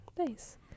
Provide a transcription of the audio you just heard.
nice